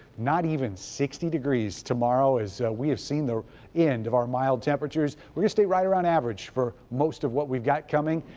not even sixty degrees tomorrow as we have seen the end of our mild temperatures. we'll stay around average for most of what we've got coming.